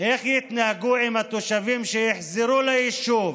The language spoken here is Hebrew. איך יתנהגו עם התושבים שיחזרו ליישוב